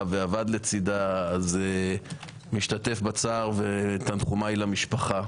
ועבד לצידה משתתף בצער ותנחומי למשפחה.